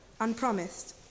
unpromised